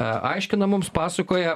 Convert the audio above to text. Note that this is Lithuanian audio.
aiškina mums pasakoja